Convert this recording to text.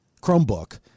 Chromebook